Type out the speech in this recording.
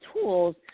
tools